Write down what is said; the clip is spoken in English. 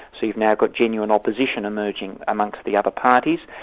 so you've now got genuine opposition emerging amongst the other parties.